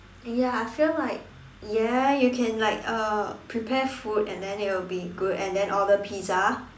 ya I feel like ya you can like uh prepare food and then it will be good and then order pizza